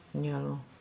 ya lor